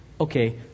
Okay